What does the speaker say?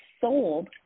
sold